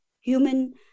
human